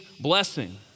blessing